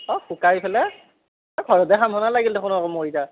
অঁ শুকাই ফেলে এহ ঘৰতে খাম হেনে লাগিল দেখোন আকৌ মোৰ ইতা